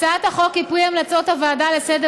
הצעת החוק היא פרי המלצות הוועדה לסדר